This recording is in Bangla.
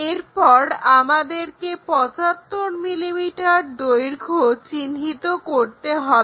এরপর আমাদেরকে 75 mm দৈর্ঘ্য চিহ্নিত করতে হবে